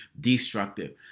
destructive